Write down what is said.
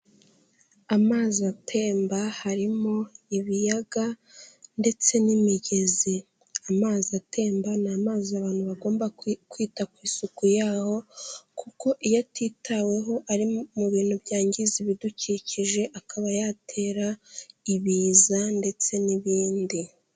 Amazi atemba, harimo ibiyaga ndetse n'imigezi. Amazi atemba ni amazi abantu bagomba kwita ku isuku yaho kuko iyo atitaweho ari mu bintu byangiza ibidukikije, akaba yatera ibiza ndetse n'ibindi.